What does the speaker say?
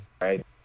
right